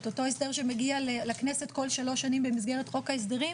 את אותו הסדר שמגיע לכנסת כל שלוש שנים במסגרת חוק ההסדרים